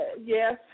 Yes